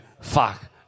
fuck